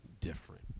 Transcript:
different